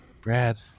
Brad